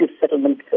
settlement